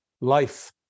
life